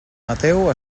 mateu